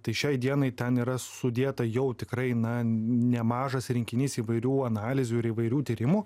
tai šiai dienai ten yra sudėta jau tikrai nemažas rinkinys įvairių analizių ir įvairių tyrimų